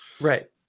Right